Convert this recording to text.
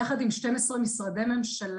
יחד עם 12 משרדי ממשלה,